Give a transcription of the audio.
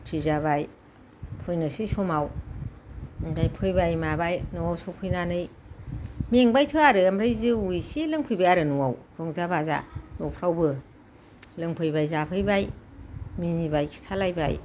फुरथि जाबाय फैनोसै समाव ओमफ्राय फैबाय माबाय न'आव सौफैनानै मेंबायथो आरो ओमफ्राय जौ एसे लोंफैबाय आरो न'आव रंजा बाजा न'फ्रावबो लोंफैबाय जाफैबाय मिनिबाय खिन्थालायबाय